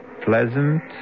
pleasant